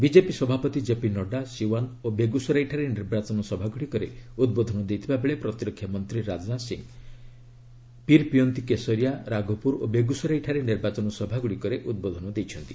BJP ସଭାପତି ଜେପି ନଡ୍ଡା ସିଓ୍ୱାନ୍ ଓ ବେଗୁସରାଇ ଠାରେ ନିର୍ବାଚନ ସଭାଗୁଡ଼ିକରେ ଉଦ୍ବୋଧନ ଦେଇଥିବା ବେଳେ ପ୍ରତିରକ୍ଷା ମନ୍ତ୍ରୀ ରାଜନାଥ ସିଂହ ପୀରପଇନ୍ତି କେଶରିଆ ରାଘୋପୁର ଓ ବେଗୁସରାଇ ଠାରେ ନିର୍ବାଚନ ସଭାଗୁଡ଼ିକରେ ଉଦ୍ବୋଧନ ଦେଇଛନ୍ତି